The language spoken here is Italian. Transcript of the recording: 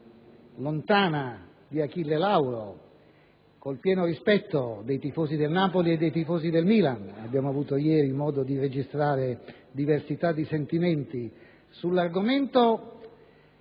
lontana di Achille Lauro, con il pieno rispetto dei tifosi del Napoli e dei tifosi del Milan (ieri abbiamo avuto modo di registrare diversità di sentimenti sull'argomento),